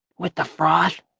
with the froth?